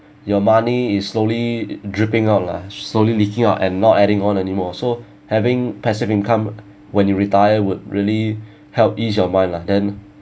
your money is slowly dripping out lah slowly leaking out and not adding on anymore so having passive income when you retire would really help ease your mind lah then